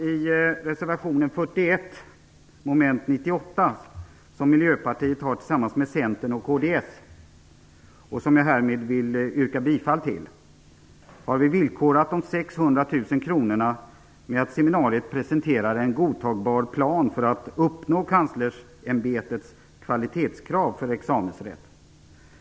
I reservation 41, mom. 98, som Miljöpartiet lagt tillsammans med Centern och Kristdemokraterna och som jag härmed yrkar bifall till, har vi villkorat de 600 000 kronorna med att seminariet presenterar en godtagbar plan för att uppnå Kanslersämbetets kvalitetskrav för examensrätt.